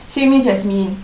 same age as me